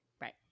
right